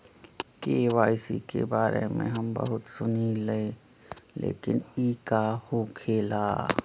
KYC के बारे में हम बहुत सुनीले लेकिन इ का होखेला?